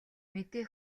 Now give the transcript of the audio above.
мэдээ